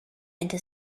into